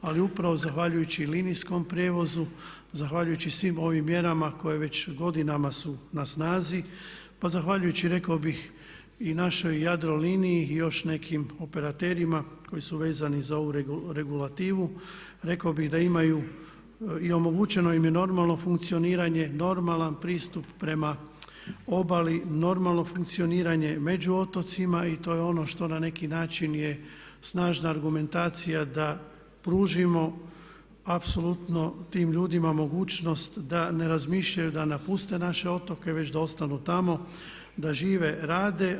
Ali upravo zahvaljujući linijskom prijevozu, zahvaljujući svim ovim mjerama koje već godinama su na snazi, pa zahvaljujući rekao bih i našoj Jadroliniji i još nekim operaterima koji su vezani za ovu regulativu, rekao bih da imaju i omogućeno im je normalno funkcioniranje, normalan pristup prema obali, normalno funkcioniranje među otocima i to je ono što na neki način je snažna argumentacija da pružimo apsolutno tim ljudima mogućnost da ne razmišljaju da napuste naše otoke već da ostanu tamo, da žive, rade.